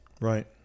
Right